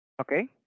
Okay